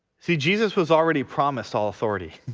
see jesus was already promised all authority.